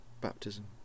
baptism